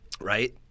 right